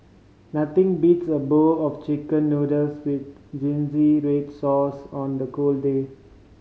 nothing beats a bowl of Chicken Noodles with red sauce on a cold day